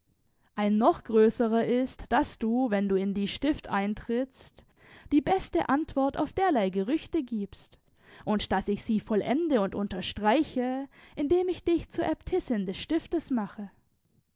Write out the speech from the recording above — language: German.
ein noch größerer ist daß du wenn du in dies stift eintrittst die beste antwort auf derlei gerüchte gibst und daß ich sie vollende und unterstreiche indem ich dich zur äbtissin des stiftes mache